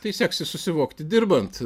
tai seksis susivokti dirbant